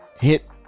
Hit